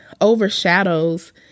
overshadows